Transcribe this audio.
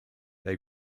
they